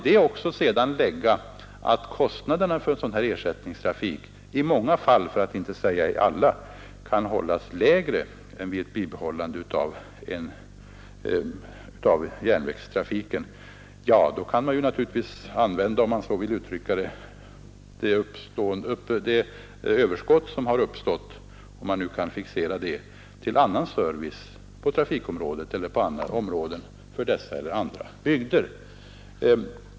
Dessutom blir kostnaderna för ersättningstrafiken i många fall, för att inte säga i alla, lägre än vid bibehållandet av järnvägstrafiken. Om man kan fixera det överskott — om man vill uttrycka det så — som då uppstår kan det användas till annan service på trafikområdet eller på andra områden för dessa eller andra bygder.